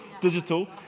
digital